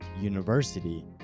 University